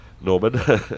Norman